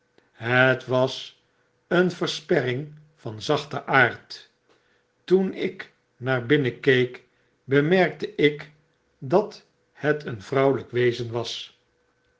het was een versperring van zachten aard toen ik naar binnen keek bemerkte ik dat het een vrouwelyk wezen was